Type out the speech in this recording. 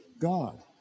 God